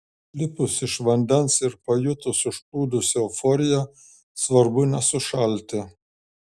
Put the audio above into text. išlipus iš vandens ir pajutus užplūdusią euforiją svarbu nesušalti